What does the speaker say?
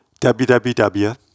WWW